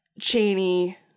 Cheney